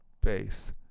base